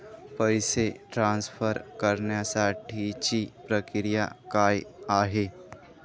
पैसे ट्रान्सफर करण्यासाठीची प्रक्रिया काय आहे?